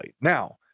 Now